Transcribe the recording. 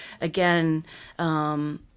again